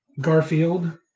Garfield